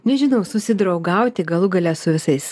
nežinau susidraugauti galų gale su visais